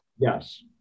Yes